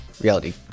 Reality